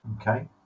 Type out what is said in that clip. Okay